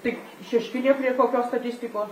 tik šeškinė prie kokios statistikos